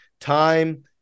time